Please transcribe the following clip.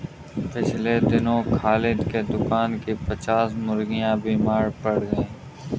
पिछले दिनों खालिद के दुकान की पच्चास मुर्गियां बीमार पड़ गईं